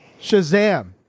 Shazam